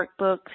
workbooks